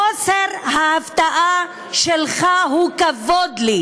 חוסר ההפתעה שלך הוא כבוד לי.